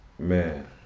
Man